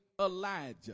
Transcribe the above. Elijah